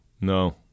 No